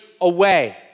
away